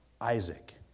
Isaac